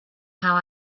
how